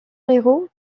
héros